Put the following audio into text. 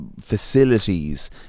facilities